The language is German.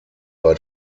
bei